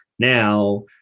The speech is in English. Now